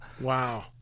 Wow